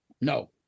No